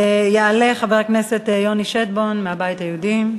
יעלה חבר הכנסת יוני שטבון מהבית היהודי.